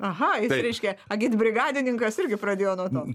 aha jis reiškia agitbrigadininkas irgi pradėjo nuo to